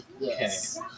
Yes